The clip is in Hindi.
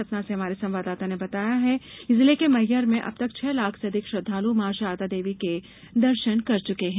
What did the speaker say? सतना से हमारे संवाददाता ने बताया है जिले के मैहर में अब तक छह लाख से अधिक श्रद्वालू मां शारदा देवी के दर्शन कर चुके हैं